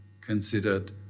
considered